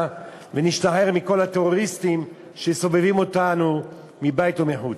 ונשתחרר מכל הטרוריסטים שסובבים אותנו מבית ומחוץ.